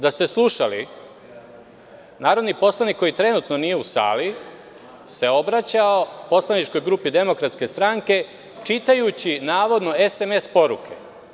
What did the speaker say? Da ste slušali, narodni poslanik koji trenutno nije u sali se obraćao poslaničkoj grupi Demokratske stranke, čitajući navodno SMS poruke.